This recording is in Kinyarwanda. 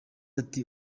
ati